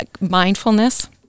Mindfulness